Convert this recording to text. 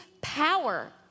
power